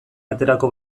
aterako